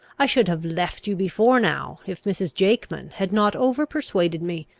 i should have left you before now, if mrs. jakeman had not over-persuaded me,